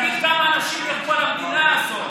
תגיד לו כמה אנשים נהרגו על המדינה הזאת,